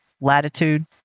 latitude